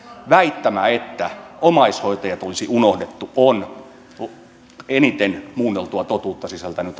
väittämä että omaishoitajat olisi unohdettu on eniten muunneltua totuutta sisältänyt